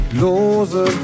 Lose